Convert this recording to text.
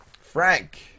Frank